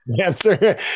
answer